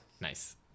Nice